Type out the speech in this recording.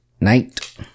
Night